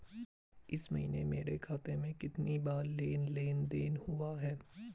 इस महीने मेरे खाते में कितनी बार लेन लेन देन हुआ है?